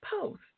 post